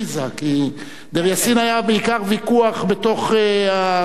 כי דיר-יאסין היה בעיקר ויכוח בתוך הציונות,